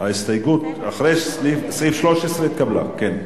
ההסתייגות לאחרי סעיף 13, בקריאה שנייה.